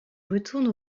retourne